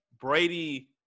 Brady